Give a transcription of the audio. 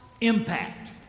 Impact